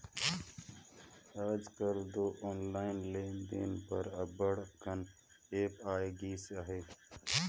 आएज काएल दो ऑनलाईन लेन देन बर अब्बड़ अकन ऐप आए गइस अहे